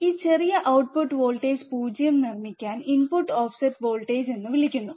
ഈ ചെറിയ output voltage 0 നിർമ്മിക്കാൻ ഇൻപുട്ട് ഓഫ്സെറ്റ് വോൾട്ടേജ് എന്ന് വിളിക്കുന്നു